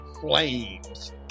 flames